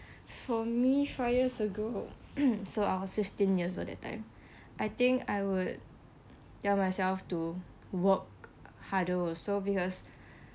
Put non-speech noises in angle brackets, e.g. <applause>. <breath> for me five years ago <coughs> so I was sixteen years old that time <breath> I think I would tell myself to work harder so because <breath>